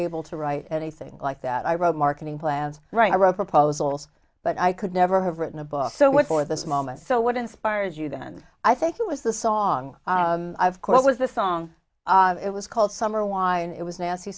able to write anything like that i wrote marketing plans write i wrote proposals but i could never have written a book so what for this moment so what inspired you then i think it was the song of course was the song it was called summer wind it was nancy